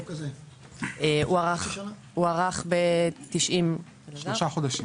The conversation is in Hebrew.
הוא הוארך ב-90 יום, שלושה חודשים.